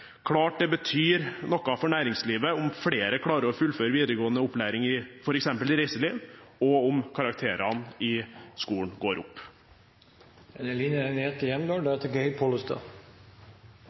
klart det betyr noe for næringslivet om flere klarer å fullføre videregående opplæring i f.eks. reiseliv, og om karakterene i skolen går opp